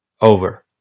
over